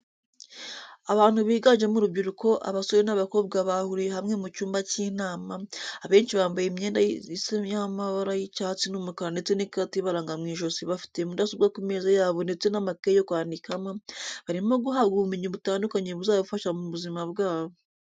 Abantu biganjemo urubyiruko abasore n'abakobwa bahuriye hamwe mu cyumba cy'inama, abenshi bambaye imyenda isa y'amabara y'icyatsi n'umukara ndetse n'ikarita ibaranga mu ijosi bafite mudasobwa ku meza yabo ndetse n'amakaye yo kwandikamo, barimo guhabwa ubumenyi butandukanye buzabafasha mu buzima bwabo.